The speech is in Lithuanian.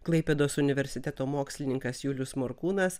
klaipėdos universiteto mokslininkas julius morkūnas